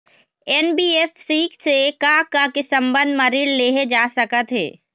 NBFC से का का के संबंध म ऋण लेहे जा सकत हे?